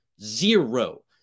Zero